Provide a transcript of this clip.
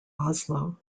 oslo